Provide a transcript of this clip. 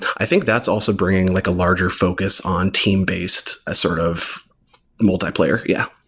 i think that's also bringing like a larger focus on team-based ah sort of multiplayer. yeah.